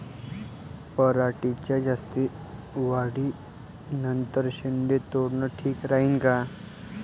पराटीच्या जास्त वाढी नंतर शेंडे तोडनं ठीक राहीन का?